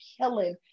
killing